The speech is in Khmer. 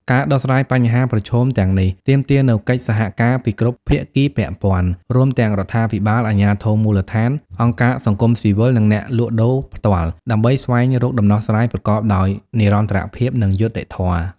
ការដោះស្រាយបញ្ហាប្រឈមទាំងនេះទាមទារនូវកិច្ចសហការពីគ្រប់ភាគីពាក់ព័ន្ធ រួមទាំងរដ្ឋាភិបាល អាជ្ញាធរមូលដ្ឋាន អង្គការសង្គមស៊ីវិល និងអ្នកលក់ដូរផ្ទាល់ ដើម្បីស្វែងរកដំណោះស្រាយប្រកបដោយនិរន្តរភាព និងយុត្តិធម៌ ។